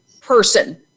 person